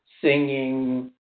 singing